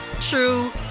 true